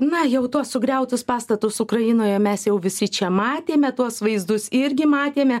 na jau tuos sugriautus pastatus ukrainoje mes jau visi čia matėme tuos vaizdus irgi matėme